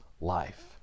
life